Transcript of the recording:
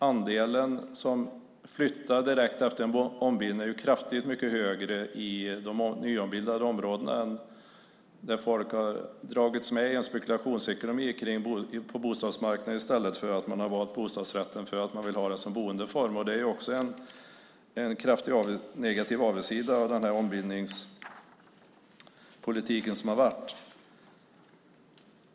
Andelen som flyttar direkt är mycket högre i de nyombildade områden där folk har dragits med i en spekulationsekonomi på bostadsmarknaden i stället för att man har valt bostadsrätten för att man vill ha det som boendeform. Det är också en kraftigt negativ avigsida av den ombildningspolitik som har varit.